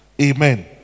Amen